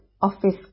office